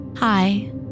Hi